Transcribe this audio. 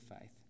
faith